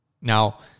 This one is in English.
Now